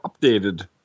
updated